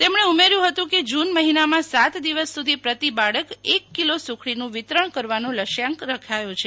તેમણે ઉમેર્થું હતું કે જ્રન મહિનામાં સાત દિવસ સુધી પ્રતિબાળક એક કિલો સુખડીનું વિતરણ કરવાનો લક્ષ્યાંક રખાયો છે